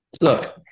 Look